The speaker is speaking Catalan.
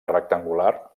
rectangular